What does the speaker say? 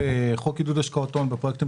פרק ז',